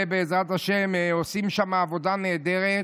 בעזרת השם, עושים שם עבודה נהדרת.